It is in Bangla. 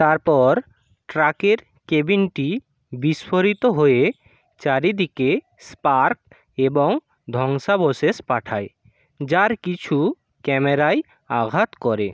তারপর ট্রাকের কেবিনটি বিস্ফোরিত হয়ে চারিদিকে স্পার্ক এবং ধ্বংসাবশেষ পাঠায় যার কিছু ক্যামেরায় আঘাত করে